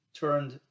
turned